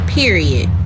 period